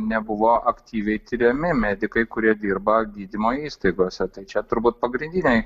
nebuvo aktyviai tiriami medikai kurie dirba gydymo įstaigose tai čia turbūt pagrindiniai